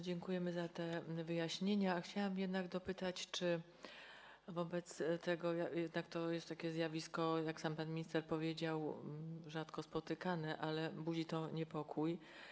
Dziękujemy za te wyjaśnienia, chciałam jednak dopytać wobec tego, że jednak jest to zjawisko, jak sam pan minister powiedział, rzadko spotykane, ale budzi niepokój.